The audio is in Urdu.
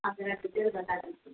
آپ ذرا ڈیٹیل بتا دیجیے